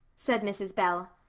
said mrs. bell.